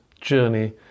journey